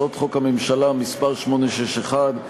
ה"ח הממשלה מס' 861,